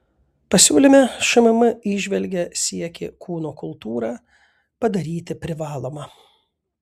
pasiūlyme šmm įžvelgia siekį kūno kultūrą padaryti privaloma